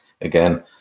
again